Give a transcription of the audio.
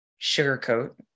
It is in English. sugarcoat